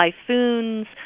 typhoons